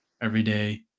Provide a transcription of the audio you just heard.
everyday